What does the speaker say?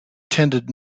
tended